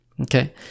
Okay